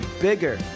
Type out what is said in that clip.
bigger